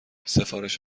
سفارش